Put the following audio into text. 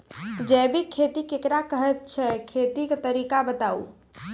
जैबिक खेती केकरा कहैत छै, खेतीक तरीका बताऊ?